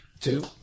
Two